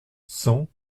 cent